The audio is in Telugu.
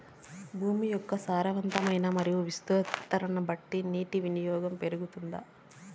భూమి యొక్క సారవంతం మరియు విస్తీర్ణం బట్టి నీటి వినియోగం పెరుగుతుందా?